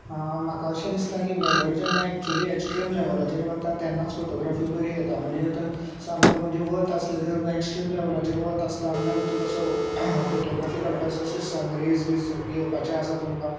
म्हाका अशें दिसता की वेदर जेन्ना एक्चुली एक्स्ट्रीम लेवलाचेर वता तेन्नाच फोटोग्राफी बरी येता म्हणजे आतां सांगपाक म्हणजे वत आसले ते एक्स्ट्रीम लेवलाचेर वत आसता आनी जेन्ना तुका असो फोटोग्राफी काडपाच अशे सनरेज बी घेवपाचे आसा तुमकां